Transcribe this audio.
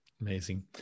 Amazing